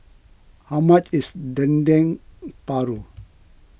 how much is Dendeng Paru